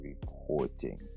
reporting